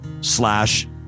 slash